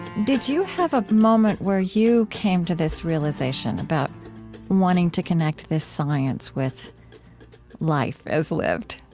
did you have a moment where you came to this realization about wanting to connect this science with life as lived?